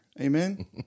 Amen